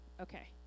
Okay